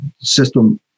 system